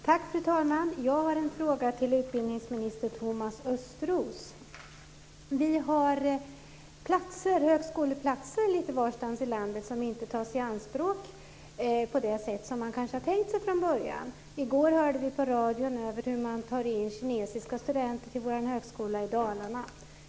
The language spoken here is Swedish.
Fru talman! Jag har en fråga till utbildningsminister Thomas Östros. Vi har lite varstans i landet högskoleplatser som inte tas i anspråk på det sätt som kanske var tänkt från början. I går hörde vi på radio att man tar in kinesiska studenter till Högskolan Dalarna.